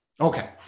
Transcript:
Okay